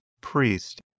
priest